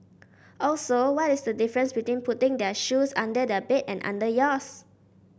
also what is the difference between putting their shoes under their bed and under yours